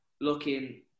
looking